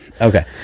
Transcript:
Okay